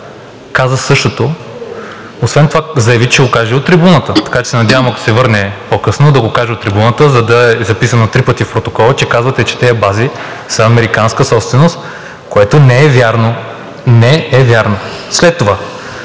каза същото и освен това заяви, че ще го каже и от трибуната. Надявам се, че ако се върне по-късно, да го каже от трибуната, за да е записано три пъти в протокола, че казвате, че тези бази са американска собственост, което не е вярно. Не е вярно! След това